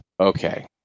okay